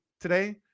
today